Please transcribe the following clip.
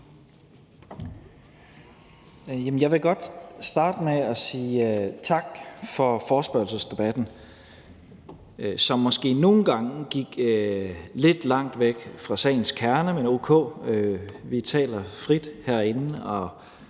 Jeg vil godt starte med at sige tak for forespørgselsdebatten – som måske nogle gange gik lidt langt væk fra sagens kerne. Men ok, vi taler frit herinde